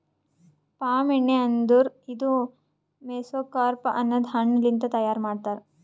palm ಎಣ್ಣಿ ಅಂದುರ್ ಇದು ಮೆಸೊಕಾರ್ಪ್ ಅನದ್ ಹಣ್ಣ ಲಿಂತ್ ತೈಯಾರ್ ಮಾಡ್ತಾರ್